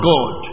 God